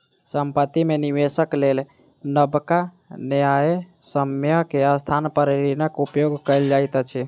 संपत्ति में निवेशक लेल नबका न्यायसम्य के स्थान पर ऋणक उपयोग कयल जाइत अछि